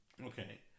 Okay